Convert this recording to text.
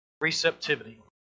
receptivity